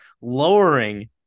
lowering